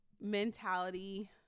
mentality